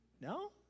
No